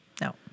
no